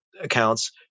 accounts